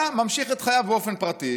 היה ממשיך את חייו באופן פרטי,